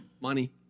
Money